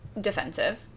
defensive